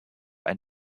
ein